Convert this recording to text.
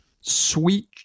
sweet